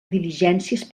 diligències